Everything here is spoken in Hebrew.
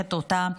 מסבכת אותן,